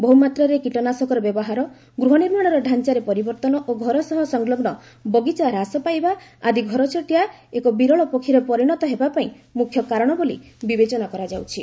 ବହୁମାତ୍ରାରେ କୀଟନାଶକର ବ୍ୟବହାର ଗୃହନିର୍ମାଣର ଢାଞ୍ଚାରେ ପରିବର୍ତ୍ତନ ଓ ଘରସହ ସଂଲଗ୍ନ ବଗିଚା ହ୍ରାସ ପାଇବା ଆଦି ଘରଚଟିଆ ଏକ ବିରଳ ପକ୍ଷୀରେ ପରିଣତ ହେବାପାଇଁ ମୁଖ୍ୟ କାରଣ ବୋଲି ବିବେଚନା କରାଯାଉଛି